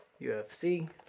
UFC